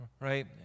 Right